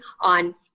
on